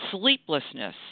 sleeplessness